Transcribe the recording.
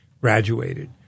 graduated